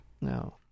No